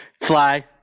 Fly